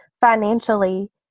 financially